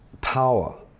power